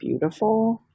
beautiful